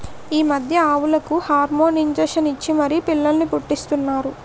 ఈ మధ్య ఆవులకు హార్మోన్ ఇంజషన్ ఇచ్చి మరీ పిల్లల్ని పుట్టీస్తన్నారట